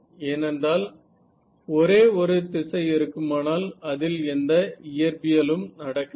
ஏனென்றால் ஒரே ஒரு திசை இருக்குமானால் அதில் எந்த இயற்பியலும் நடக்கவில்லை